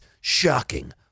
shocking